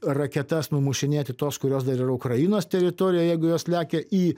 raketas numušinėti tos kurios dar yra ukrainos teritorijoj jeigu jos lekia į